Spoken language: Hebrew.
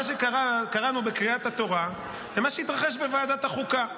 מה שקראנו בקריאת התורה זה מה שהתרחש בוועדת החוקה.